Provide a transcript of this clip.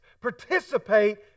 Participate